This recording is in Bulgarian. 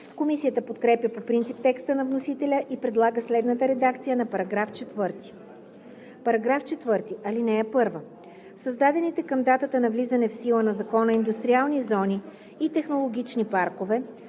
Комисията подкрепя по принцип текста на вносителя и предлага следната редакция на § 4: „§ 4. (1) Създадените към датата на влизане в сила на закона индустриални зони и технологични паркове,